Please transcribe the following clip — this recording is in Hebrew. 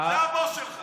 כל מילה שלו זה שקר.